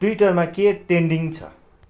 ट्विटरमा के ट्रेन्डिङ छ